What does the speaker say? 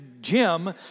Jim